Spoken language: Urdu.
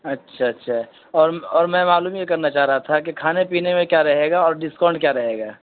اچھا اچھا اور اور میں معلوم یہ کرنا چاہ رہا تھا کہ کھانے پینے میں کیا رہے گا اور ڈسکاؤنٹ کیا رہے گا